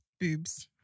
Boobs